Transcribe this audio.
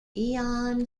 ion